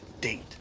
date